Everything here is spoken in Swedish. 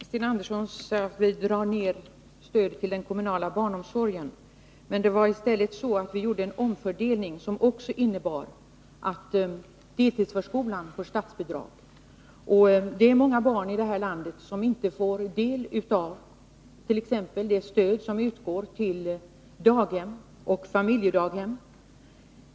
Herr talman! Sten Andersson sade att vi drar ned stödet till den kommunala barnomsorgen. Men det var i stället så att vi gjorde en omfördelning, som också innebar att deltidsförskolorna får statsbidrag. Det är många barn här i landet som inte får del av t.ex. det stöd som utgår till daghem och familjedaghem.